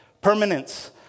Permanence